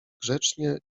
grzecznie